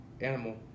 animal